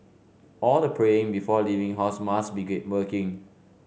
all the praying before leaving house must be working